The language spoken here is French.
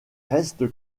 reste